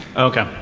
okay,